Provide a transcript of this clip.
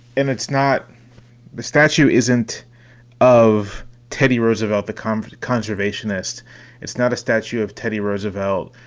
and it's not the statue isn't of teddy roosevelt, the comforter conservationist it's not a statue of teddy roosevelt.